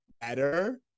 better